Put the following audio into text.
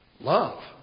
Love